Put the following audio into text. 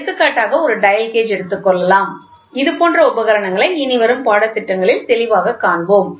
எடுத்துக்காட்டாக ஒரு dial gauge எடுத்துக் கொள்ளலாம் இது போன்ற உபகரணங்களை இனிவரும் பாடத் திட்டங்களில் தெளிவாக காண்போம்